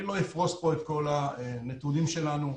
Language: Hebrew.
אני לא אפרוס כאן את כל הנתונים שלנו,